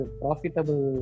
profitable